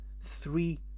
three